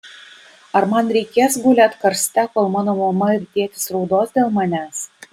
ar man reikės gulėt karste kol mano mama ir tėtis raudos dėl manęs